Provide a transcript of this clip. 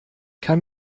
kann